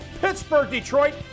Pittsburgh-Detroit